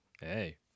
Hey